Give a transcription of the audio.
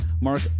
Mark